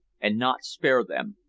and not spare them.